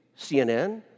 CNN